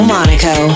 Monaco